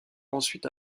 ensuite